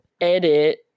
edit